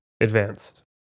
Advanced